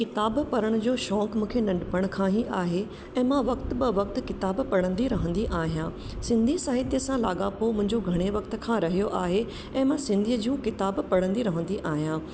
किताब पढ़ण जो शौक़ु मूंखे नंढिपण खां ई आहे ऐं मां वक़्त ब वक़्त किताब पढ़ंदी रहंदी आहियां सिंधी साहित्य सां लाॻापो मुंहिंजो घणे वक़्त खां रहियो आहे ऐं मां सिंधीअ जूं किताब पढ़ंदी रहंदी आहियां